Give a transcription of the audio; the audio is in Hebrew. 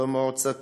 במועצה